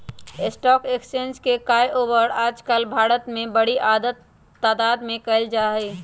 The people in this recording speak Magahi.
स्टाक एक्स्चेंज के काएओवार आजकल भारत में बडी तादात में कइल जा हई